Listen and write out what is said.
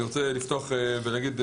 אני רוצה לפתוח ולהגיד,